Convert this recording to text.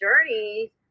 journey